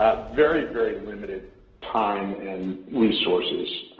ah very very limited time and resources.